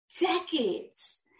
decades